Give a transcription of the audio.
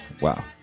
Wow